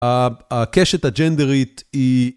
הקשת הג'נדרית היא...